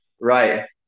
Right